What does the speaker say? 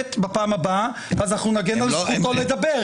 כנסת בפעם הבאה, אז אנחנו נגן על זכותו לדבר.